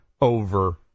over